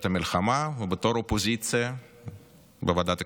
המלחמה ובתור אופוזיציה בוועדת הכספים.